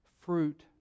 fruit